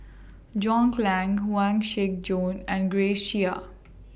John Clang Huang Shiqi Joan and Grace Chia